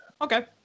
Okay